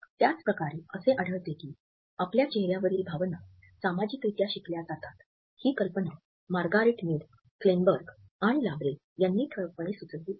त्याच प्रकारे असे आढळते की आपल्या चेहऱ्यावरील भावना सामाजिकरित्या शिकल्या जातात ही कल्पना मार्गरेट मीड क्लेनबर्ग आणि लाबरे यांनी ठळकपणे सुचविली आहे